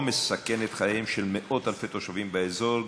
מסכן את חייהם של מאות-אלפי תושבים באזור,